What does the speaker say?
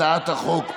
הצעת החוק אושרה,